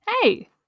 Hey